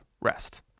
rest